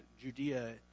Judea